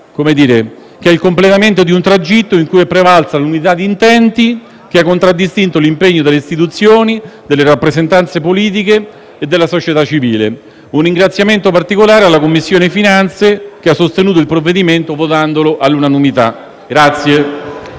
il completamento di un tragitto in cui è prevalsa l'unità di intenti, che ha contraddistinto l'impegno delle istituzioni, delle rappresentanze politiche e della società civile. Un ringraziamento particolare va alla Commissione finanze, che ha sostenuto il provvedimento votandolo all'unanimità.